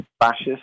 fascist